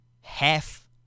Half